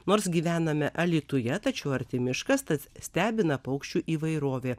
nors gyvename alytuje tačiau arti miškas tad stebina paukščių įvairovė